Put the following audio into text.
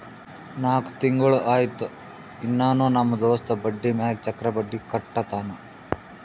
ನಾಕ್ ತಿಂಗುಳ ಆಯ್ತು ಇನ್ನಾನೂ ನಮ್ ದೋಸ್ತ ಬಡ್ಡಿ ಮ್ಯಾಲ ಚಕ್ರ ಬಡ್ಡಿ ಕಟ್ಟತಾನ್